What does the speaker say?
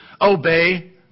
obey